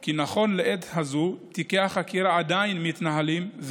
כי נכון לעת הזאת תיקי החקירה עדיין מתנהלים,